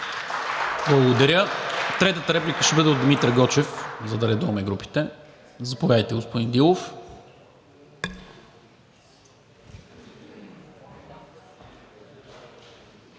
Благодаря. Третата реплика ще бъде от Димитър Гочев, за да редуваме групите. Заповядайте, господин Дилов.